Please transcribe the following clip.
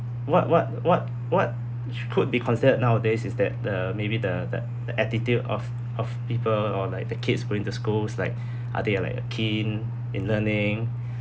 what what what what could be considered nowadays is that the maybe the that that attitude of of people or like the kids going to schools like are they are like uh keen in learning